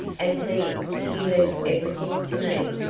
and he he left everything to me?